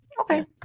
Okay